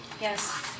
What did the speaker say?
Yes